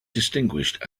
distinguished